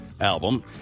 album